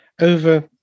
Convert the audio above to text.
over